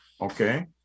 Okay